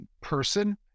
person